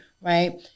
Right